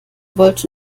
wollte